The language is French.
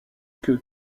que